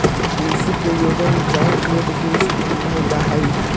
कृषि के योग्य उपजाऊ भूमि के कृषिभूमि कहल जा हई